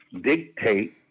dictate